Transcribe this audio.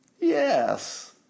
Yes